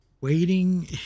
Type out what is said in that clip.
waiting